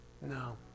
No